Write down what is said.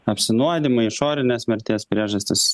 apsinuodijimai išorinės mirties priežastys